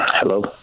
Hello